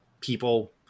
people